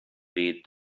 bade